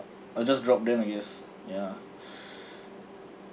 I'll just drop them I guess ya